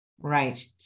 Right